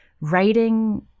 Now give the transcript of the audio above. writing